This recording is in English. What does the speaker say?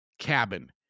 cabin